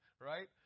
right